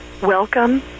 Welcome